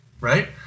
right